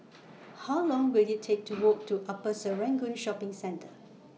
How Long Will IT Take to Walk to Upper Serangoon Shopping Centre